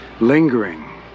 lingering